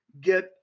get